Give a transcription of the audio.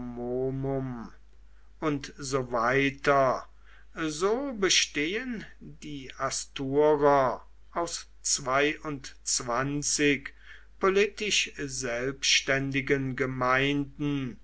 und so weiter so bestehen die asturer aus zweiundzwanzig politisch selbständigen gemeinden